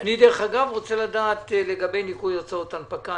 אני רוצה תשובה לגבי ניכוי הוצאות הנפקה,